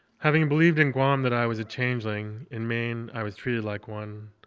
having believed in guam that i was a changeling, in maine i was treated like one,